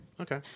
Okay